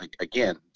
again